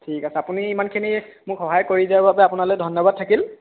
ঠিক আছে আপুনি ইমানখিনি মোক সহায় কৰি দিয়াৰ বাবে আপোনালৈ ধন্যবাদ থাকিল